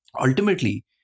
ultimately